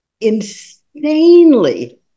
insanely